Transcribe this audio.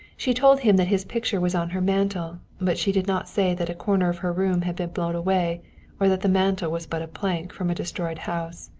she told him that his picture was on her mantel, but she did not say that a corner of her room had been blown away or that the mantel was but a plank from a destroyed house.